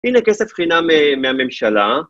הנה כסף חינם מהממשלה.